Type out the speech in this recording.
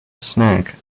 snack